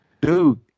dude